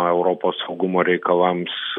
europos saugumo reikalams